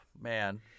man